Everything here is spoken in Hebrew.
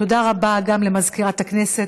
תודה רבה גם למזכירת הכנסת.